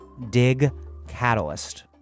digcatalyst